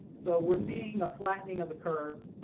so we're seeing the flattening of the curve.